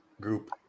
Group